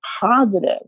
positive